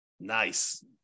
Nice